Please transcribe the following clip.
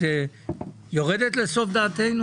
את יורדת לסוף דעתנו?